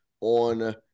on